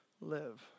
live